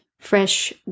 fresh